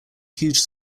huge